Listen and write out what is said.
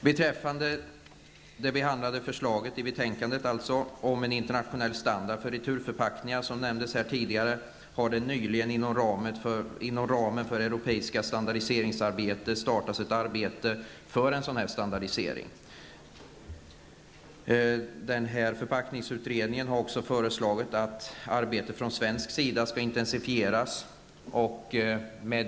Beträffande det i betänkandet behandlade förslaget om en internationell standard för returförpackningar kan jag nämna att det nyligen inom ramen för det europeiska standardiseringsarbetet har påbörjats ett arbete för en sådan standardisering. Förpackningsutredningen har också föreslagit att detta arbete skall intensifieras från svensk sida.